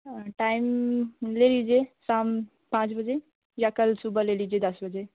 time ले लीजिए शाम पाँच बजे या कल सुबह ले लीजिए दस बजे